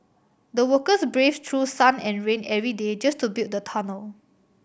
the workers braved through sun and rain every day just to build the tunnel